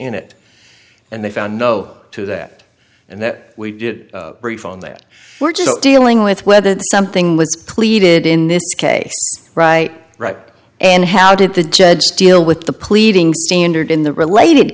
in it and they found no to that and that we did brief on that we're just dealing with whether the something was pleaded in this case right right and how did the judge deal with the pleading standard in the related